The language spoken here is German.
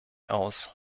aus